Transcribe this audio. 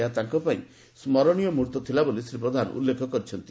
ଏହା ତାଙ୍କ ପାଇଁ ସ୍ମରଣୀୟ ମୁହୂର୍ତ୍ତ ଥିଲା ବୋଲି ଶ୍ରୀ ପ୍ରଧାନ ଉଲ୍ଲେଖ କରିଛନ୍ତି